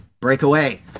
Breakaway